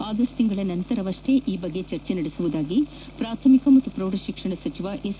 August ತಿಂಗಳ ನಂತರವಷ್ಟೇ ಈ ಬಗ್ಗೆ ಚರ್ಚಿ ನಡೆಸುವುದಾಗಿ ಎಂದು ಪ್ರಾಥಮಿಕ ಮತ್ತು ಪ್ರೌಢಶಿಕ್ಷಣ ಸಚಿವ ಎಸ್